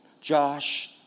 Josh